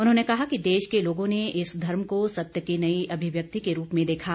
उन्होंने कहा कि देश के लोगों ने इस धर्म को सत्य की नई अभिव्यक्ति के रूप में देखा